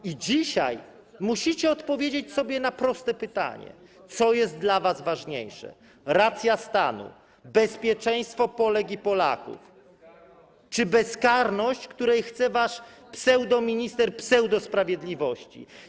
I dzisiaj musicie odpowiedzieć sobie na proste pytanie: Co jest dla was ważniejsze, racja stanu, bezpieczeństwo Polek i Polaków czy bezkarność, której chce wasz pseudominister pseudosprawiedliwości?